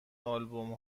آلبوم